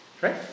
Right